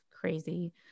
crazy